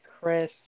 Chris